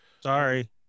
sorry